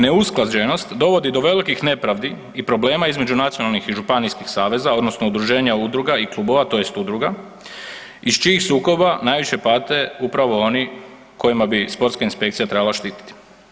Neusklađenost dovodi do velikih nepravdi i problema između nacionalnih i županijskih saveza odnosno udruženja udruga i klubova tj. udruga iz čijih sukoba najviše pate upravo oni koje bi sportska inspekcija trebala štititi.